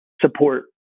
support